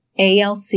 ALC